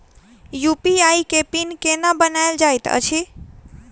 UPI केँ PIN केना बनायल जाइत अछि